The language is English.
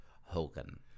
Hogan